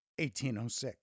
1806